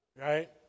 Right